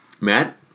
Matt